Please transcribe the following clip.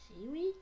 seaweed